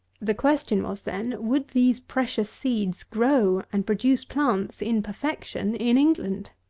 the question was, then, would these precious seeds grow and produce plants in perfection in england?